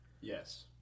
Yes